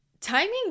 timing